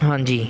ਹਾਂਜੀ